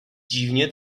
dziwnie